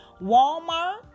Walmart